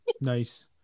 Nice